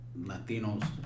Latinos